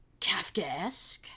Kafkaesque